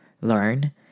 learn